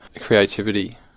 creativity